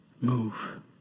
move